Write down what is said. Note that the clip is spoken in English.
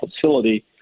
facility